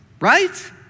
right